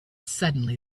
suddenly